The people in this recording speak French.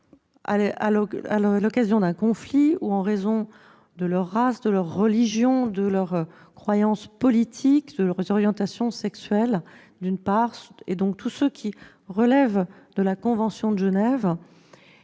à l'occasion d'un conflit ou en raison de leur race, de leur religion, de leurs croyances politiques, de leurs orientations sexuelles, donc tous ceux qui relèvent de la convention de Genève,